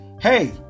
hey